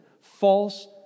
false